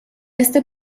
este